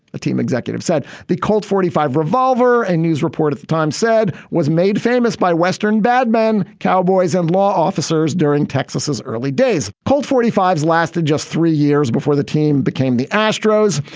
a team executive said the colt forty five revolver and news report at the time said was made famous by western bad men, cowboys and law officers during texas. as early days, colt forty five s lasted just three years before the team became the astros.